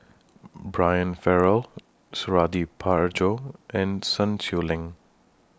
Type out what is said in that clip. Brian Farrell Suradi Parjo and Sun Xueling